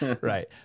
Right